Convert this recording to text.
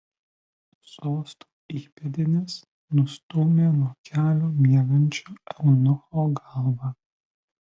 sosto įpėdinis nustūmė nuo kelių miegančio eunucho galvą